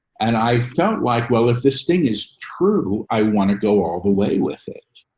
and i felt like, well, if this thing is true, i want to go all the way with it.